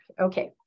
Okay